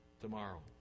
tomorrow